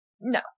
No